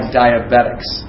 diabetics